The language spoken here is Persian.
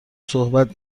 صحبت